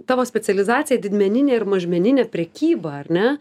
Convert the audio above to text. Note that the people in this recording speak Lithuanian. tavo specializacija didmeninė ir mažmeninė prekyba ar ne